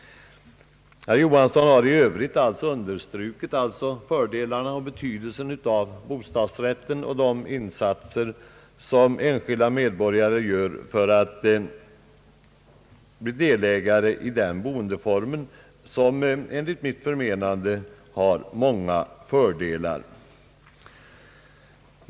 Herr Tage Johansson har i övrigt understrukit bostadsrättens fördelar och betydelse och erinrat om de insatser som enskilda medborgare gör för att bli delägare i denna boendeform, som enligt mitt förmenande har många fördelar.